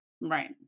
Right